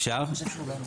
כן, אבל גם נמצא --- הינה,